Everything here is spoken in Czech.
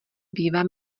bývá